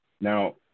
Now